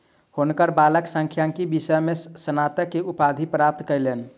हुनकर बालक सांख्यिकी विषय में स्नातक के उपाधि प्राप्त कयलैन